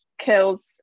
kills